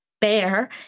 bear